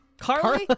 Carly